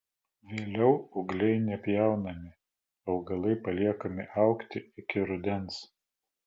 vėliau ūgliai nepjaunami augalai paliekami augti iki rudens